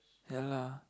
ya lah